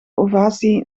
ovatie